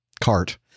cart